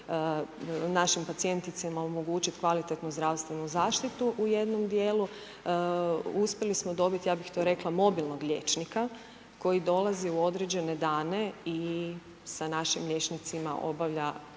našim pacijenticama omogućit kvalitetnu zdravstvenu zaštitu u jednom djelu, uspjeli smo dobit, ja bih to rekla mobilnog liječnika koji dolazi u određene dane i sa našim liječnicima obavlja